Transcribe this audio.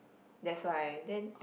that's why then